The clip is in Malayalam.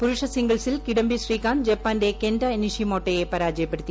പുരുഷ സിംഗിൾസിൽ കിഡംബി ശ്രീകാന്ത് ജപ്പാന്റെ കെന്റ നിഷിമോട്ടോയെ പരാജയപ്പെടുത്തി